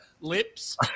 lips